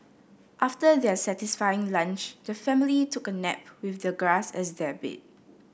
after their satisfying lunch the family took a nap with the grass as their bed